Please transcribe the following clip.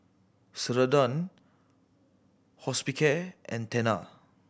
Ceradan Hospicare and Tena